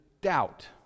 doubt